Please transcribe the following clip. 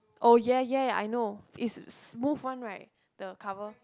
oh ya ya I know it's smooth one right the cover